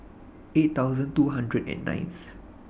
eight thousand two hundred and ninth